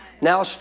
Now